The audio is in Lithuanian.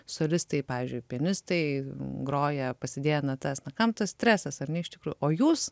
solistai pavyzdžiui pianistai groja pasidėję natas na kam tas stresas ar ne iš tikrų o jūs